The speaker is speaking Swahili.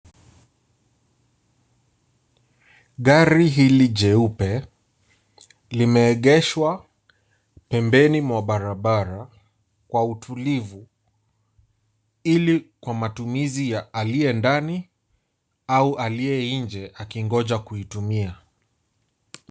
Gari hili jeupe limeegeshwa pembeni mwa barabara kwa utulivu ili kwa matumizi ya aliye ndani au aliye nje akingoja kuitumia.